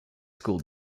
school